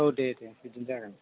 औ दे दे बिदिनो जागोन